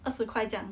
二十块这样